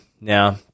Now